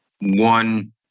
one